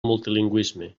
multilingüisme